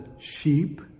sheep